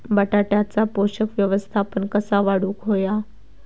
बटाट्याचा पोषक व्यवस्थापन कसा वाढवुक होया?